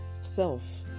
self